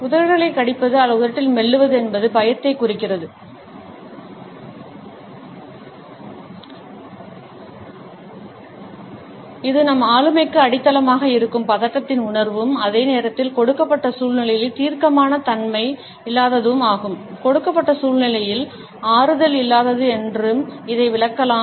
உதடுகளைக் கடிப்பது என்பது பயத்தையும் குறிக்கிறது இது நம் ஆளுமைக்கு அடித்தளமாக இருக்கும் பதட்டத்தின் உணர்வும் அதே நேரத்தில் கொடுக்கப்பட்ட சூழ்நிலையில் தீர்க்கமான தன்மை இல்லாததும் ஆகும்